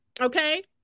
okay